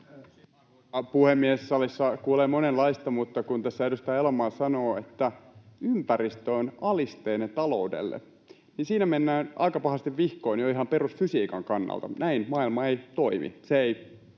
Puhemies! Salissa kuulee monenlaista, mutta kun tässä edustaja Elomaa sanoo, että ympäristö on alisteinen taloudelle, niin siinä mennään aika pahasti vihkoon jo ihan perusfysiikan kannalta. Näin maailma ei toimi, se ei